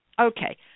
Okay